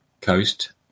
coast